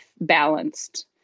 balanced